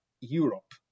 Europe